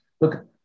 look